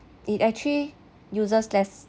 it actually uses less